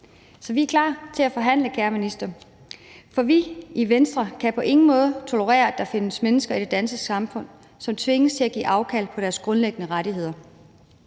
Så vi er klar til at forhandle, kære minister, for vi i Venstre kan på ingen måde tolerere, at der findes mennesker i det danske samfund, som tvinges til at give afkald på deres grundlæggende rettigheder.